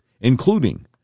including